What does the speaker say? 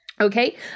Okay